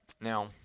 Now